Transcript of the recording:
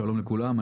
שלום לכולם,